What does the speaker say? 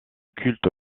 culte